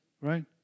Right